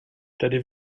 tedy